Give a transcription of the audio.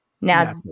Now